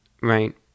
right